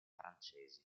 francesi